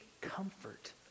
comfort